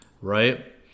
right